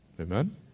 Amen